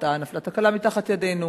נפלה תקלה מתחת ידינו,